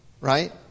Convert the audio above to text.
right